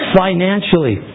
financially